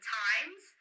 times